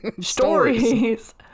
stories